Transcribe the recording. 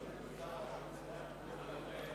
הצעת חוק ההתייעלות